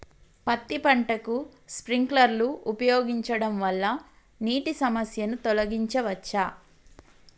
పత్తి పంటకు స్ప్రింక్లర్లు ఉపయోగించడం వల్ల నీటి సమస్యను తొలగించవచ్చా?